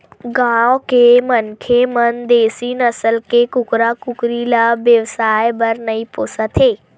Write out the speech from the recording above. गाँव के मनखे मन देसी नसल के कुकरा कुकरी ल बेवसाय बर नइ पोसत हे